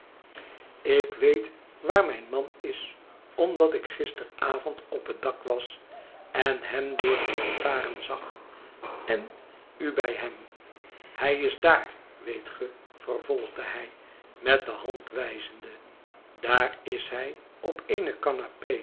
ik weet waar mijn man is omdat ik gisteravond op het dak was en hem door de lantaren zag en u bij hem hij is daar weet ge vervolgde hij met de hand wijzende daar is hij op eene